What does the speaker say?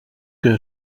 que